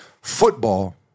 football